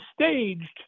staged